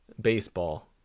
baseball